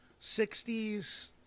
60s